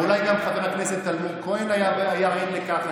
ואולי גם חבר הכנסת אלמוג כהן היה עד לכך,